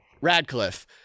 Radcliffe